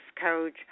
coach